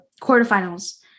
quarterfinals